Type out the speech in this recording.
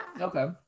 Okay